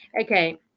Okay